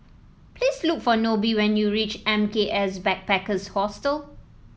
please look for Nobie when you reach M K S Backpackers Hostel